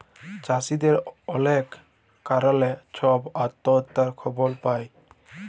চাষীদের অলেক কারলে ছব আত্যহত্যার খবর পায়